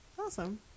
Awesome